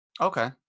Okay